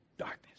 darkness